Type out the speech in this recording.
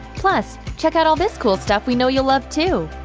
plus check out all this cool stuff we know you'll love, too!